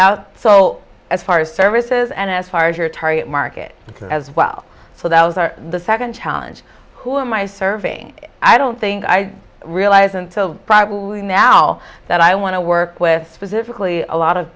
so as far as services and as far as your target market as well for those are the second challenge who am i serving i don't think i realize until probably now that i want to work with specifically a lot of